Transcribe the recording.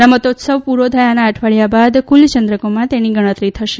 રમતોત્સવ પૂરો થયાના અઠવાડિયા બાદ કુલ ચંદ્રકોમાં તેની ગણતરી થશે